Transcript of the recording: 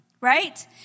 right